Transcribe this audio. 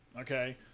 Okay